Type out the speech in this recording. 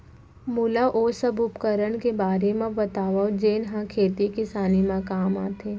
मोला ओ सब उपकरण के बारे म बतावव जेन ह खेती किसानी म काम आथे?